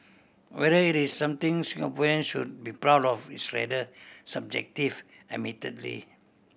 whether it is something Singaporean should be proud of is rather subjective admittedly